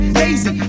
lazy